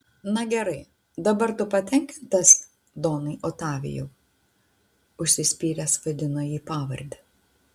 na gerai dabar tu patenkintas donai otavijau užsispyręs vadino jį pavarde